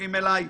מצטרפים אלי,